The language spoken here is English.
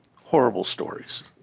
horrible stories.